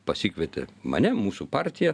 pasikvietė mane mūsų partiją